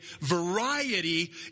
variety